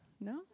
No